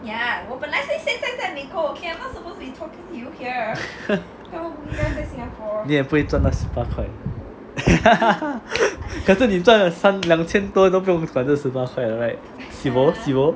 then 你不会赚拿十八块 可是你赚三两千多都不用管那那十八块 sibo sibo